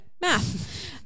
math